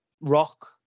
Rock